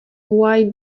why